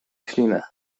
ślinę